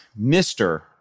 Mr